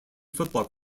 football